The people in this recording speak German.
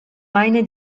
meine